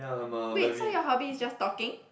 wait so your hobby is just talking